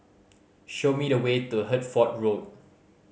show me the way to Hertford Road